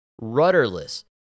rudderless